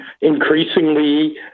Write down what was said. Increasingly